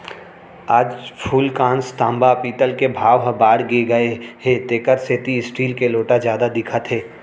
आज फूलकांस, तांबा, पीतल के भाव ह बाड़गे गए हे तेकर सेती स्टील के लोटा जादा दिखत हे